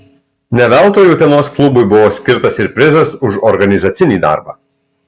ne veltui utenos klubui buvo skirtas ir prizas už organizacinį darbą